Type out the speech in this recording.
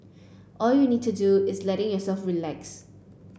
all you need to do is letting yourself relax